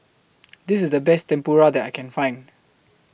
This IS The Best Tempura that I Can Find